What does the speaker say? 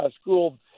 school